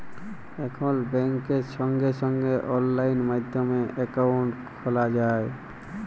এখল ব্যাংকে সঙ্গে সঙ্গে অললাইন মাধ্যমে একাউন্ট খ্যলা যায়